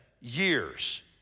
years